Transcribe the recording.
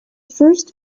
first